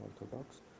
orthodox